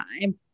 time